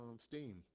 Steam